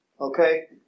Okay